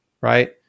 right